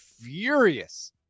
furious